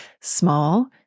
small